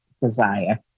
desire